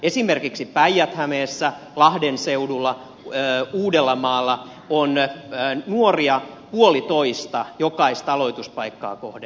esimerkiksi päijät hämeessä lahden seudulla uudellamaalla on nuoria puolitoista jokaista aloituspaikkaa kohden